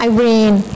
Irene